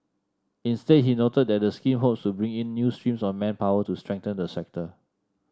instead he noted that the scheme hopes to bring in new streams of manpower to strengthen the sector